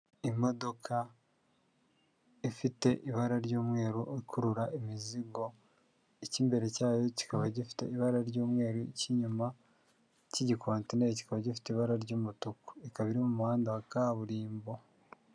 Imodoka ifite ibara ry'umweru ikurura imizigo, icy'imbere cyayo kikaba gifite ibara ry'umweru, icy'inyuma cy'igikontineri kikaba gifite ibara ry'umutuku, ikaba iri mu muhanda wa kaburimbo.